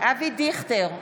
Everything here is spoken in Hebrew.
אבי דיכטר,